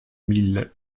mille